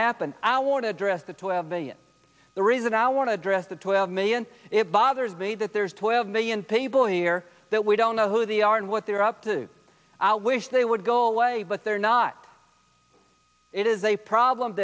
happen i want to address the twelve million the reason i want to address the twelve million it bothers me that there's twelve million people here that we don't know who they are and what they're up to i wish they would go away but they're not it is a problem